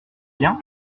bien